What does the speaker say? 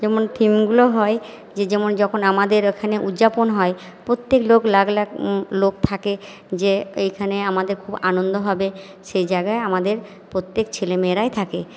যেমন থিমগুলো হয় যে যেমন যখন আমাদের এখানে উদযাপন হয় প্রত্যেক লোক লাখ লাখ লোক থাকে যে এইখানে আমাদের খুব আনন্দ হবে সেই জায়গায় আমাদের প্রত্যেক ছেলেমেয়েরাই থাকে